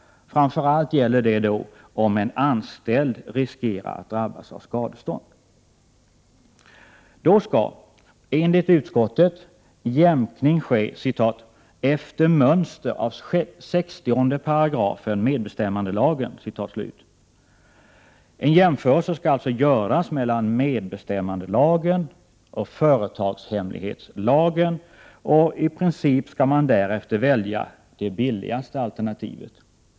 Framför allt gäller det om en anställd riskerar att drabbas av skadeståndet. Då skall enligt utskottet jämkning ske ”efter mönster av 60 § Medbestämmandelagen”. En jämförelse skall alltså göras mellan medbestämmandelagen och företagshemlighetslagen, och i princip skall man därefter välja det ”billigaste” alternativet.